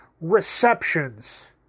receptions